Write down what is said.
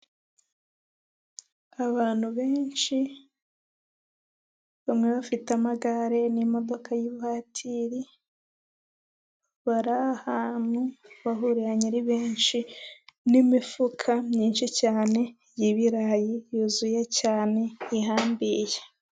Abantu benshi bamwe bafite amagare n'imodoka ya vuwatiri bari ahantu bahuriranye ari benshi n'imifuka myinshi cyane y'ibirayi yuzuye cyane ihambiye.